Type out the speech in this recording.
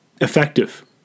effective